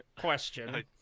question